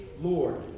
Lord